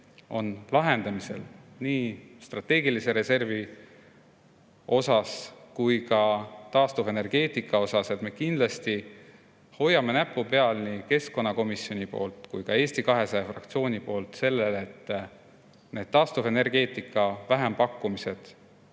on lahendamisel, nii strateegilise reservi kui ka taastuvenergeetika puhul. Me kindlasti hoiame näppu peal nii keskkonnakomisjoni poolt kui ka Eesti 200 fraktsiooni poolt sellel, et taastuvenergeetika vähempakkumised